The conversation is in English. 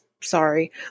Sorry